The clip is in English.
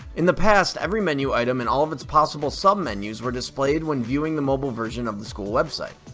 in the past every menu item and all of its possible sub menus were displayed when viewing the mobile version of the school website.